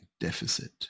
deficit